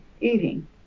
eating